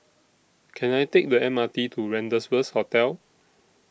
Can I Take The M R T to Rendezvous Hotel